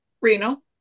Reno